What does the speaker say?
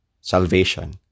Salvation